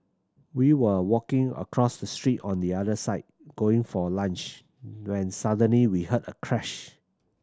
we were walking across the street on the other side going for lunch when suddenly we heard a crash